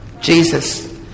Jesus